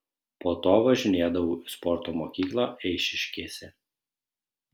po to važinėdavau į sporto mokyklą eišiškėse